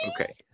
Okay